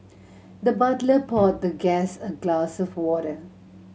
the butler poured the guest a glass of water